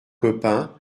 copain